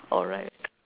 alright